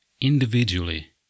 individually